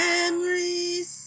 Memories